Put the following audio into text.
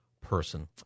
person